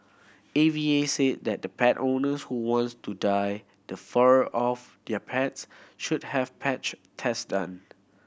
A V A said that pet owners who wants to dye the fur of their pets should have patch test done